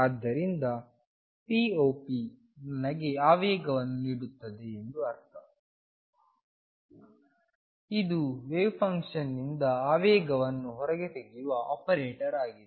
ಆದ್ದರಿಂದ pop ನನಗೆ ಆವೇಗವನ್ನು ನೀಡುತ್ತದೆ ಎಂದು ಅರ್ಥ ಅದರ ಅರ್ಥ ಇದು ವೇವ್ ಫಂಕ್ಷನ್ನಿಂದ ಆವೇಗವನ್ನು ಹೊರತೆಗೆಯುವ ಆಪರೇಟರ್ ಆಗಿದೆ